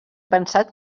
pensat